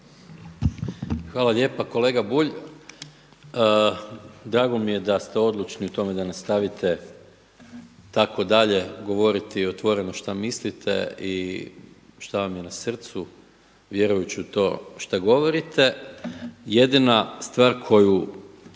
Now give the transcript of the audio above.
Hvala lijepa. Kolega Bulj, drago mi je da ste odlučni u tome da nastavite itd. govoriti otvoreno šta mislite i šta vam je na srcu vjerujući u to šta govorite. Jedina stvar koju